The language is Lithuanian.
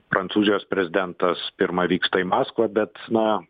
prancūzijos prezidentas pirma vyksta į maskvą bet na